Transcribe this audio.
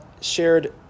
shared